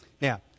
now